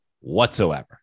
whatsoever